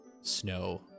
snow